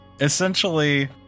essentially